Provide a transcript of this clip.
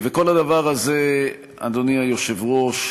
וכל הדבר הזה, אדוני היושב-ראש,